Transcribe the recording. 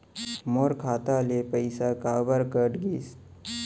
मोर खाता ले पइसा काबर कट गिस?